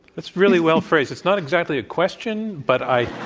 that's really well phrased. that's not exactly a question, but i